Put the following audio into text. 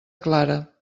clara